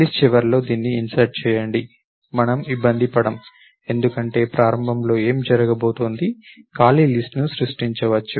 list చివరిలో దీన్ని insert చేయండి మనము ఇబ్బంది పడము ఎందుకంటే ప్రారంభంలో ఏమి జరగబోతోంది ఖాళీ లిస్ట్ ను సృష్టించవచ్చు